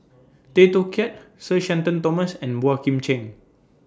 Tay Teow Kiat Sir Shenton Thomas and Boey Kim Cheng